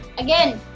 again,